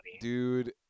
Dude